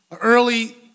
early